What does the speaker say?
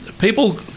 people